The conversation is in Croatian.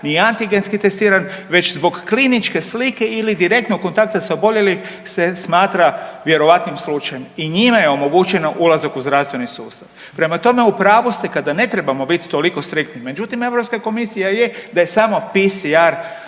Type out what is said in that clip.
ni antigenski testiran već zbog kliničke slike ili direktnog kontakta sa oboljelim se smatra vjerovatnim slučajem i njime je omogućeno ulazak u zdravstveni sustav. Prema tome, u pravu ste kada ne trebamo biti toliko striktni, međutim Europska komisija je da je samo PCR